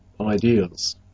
ideas